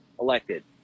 elected